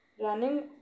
Running